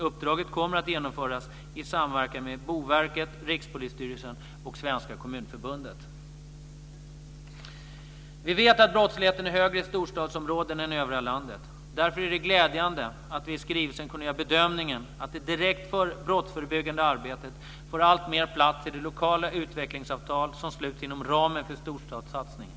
Uppdraget kommer att genomföras i samverkan med Boverket, Rikspolisstyrelsen och Svenska kommunförbundet. Vi vet att brottsligheten är högre i storstadsområden än i övriga landet. Därför är det glädjande att vi i skrivelsen kunde göra bedömningen att det direkt brottsförebyggande arbetet får alltmer plats i de lokala utvecklingsavtal som sluts inom ramen för storstadssatsningen.